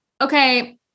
okay